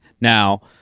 Now